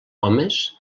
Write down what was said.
homes